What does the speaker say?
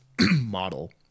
model